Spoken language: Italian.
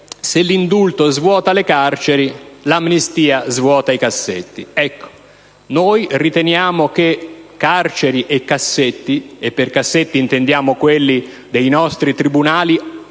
se l'indulto svuota le carceri, l'amnistia svuota i cassetti. Noi riteniamo che carceri e cassetti (per cassetti intendiamo quelli dei nostri tribunali)